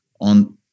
on